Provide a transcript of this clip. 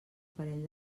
parell